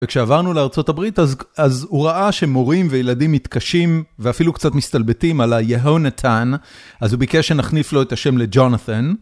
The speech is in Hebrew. וכשעברנו לארצות הברית, אז הוא ראה שמורים וילדים מתקשים ואפילו קצת מסתלבטים על ה-יהונתן, אז הוא ביקש שנחליף לו את השם לג'ונתן.